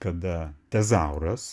kada tezauras